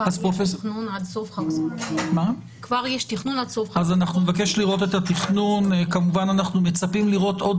יש לנו כרגע כ-300 תלמידים מאומתים ועשרות